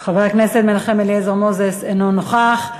אינו נוכח.